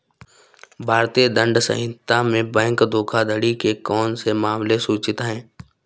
भारतीय दंड संहिता में बैंक धोखाधड़ी के कौन से मामले सूचित हैं?